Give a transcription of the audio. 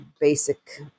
basic